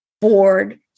board